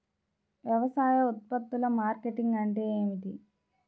వ్యవసాయ ఉత్పత్తుల మార్కెటింగ్ అంటే ఏమిటి?